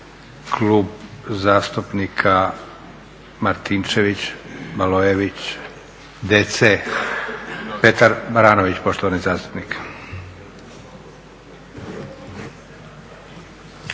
Klub zastupnika DC Martinčević, Malojević, Petar Baranović poštovani zastupnik.